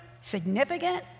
significant